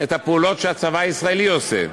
את הפעולות שהצבא הישראלי עושה,